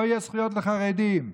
לא יהיו זכויות לחרדים,